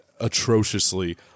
atrociously